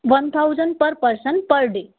one thousand per person per day